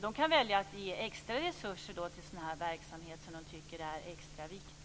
De kan välja att ge extra resurser till verksamhet som de tycker är extra viktig.